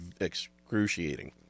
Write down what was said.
excruciating